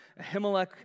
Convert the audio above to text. Ahimelech